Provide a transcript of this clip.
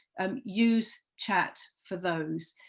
um use chat for those,